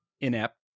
inept